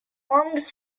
armed